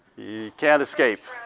you can't escape.